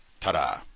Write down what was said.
ta-da